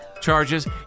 charges